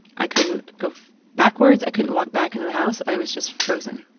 i couldn't go backwards i couldn't walk back into the house. i was just frozen.